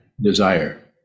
desire